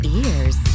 ears